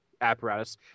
apparatus